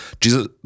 Jesus